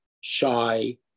shy